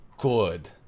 good